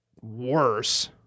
worse